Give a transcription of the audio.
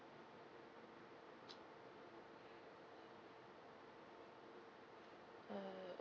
uh